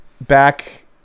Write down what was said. back